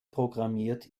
programmiert